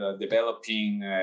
developing